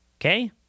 Okay